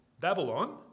Babylon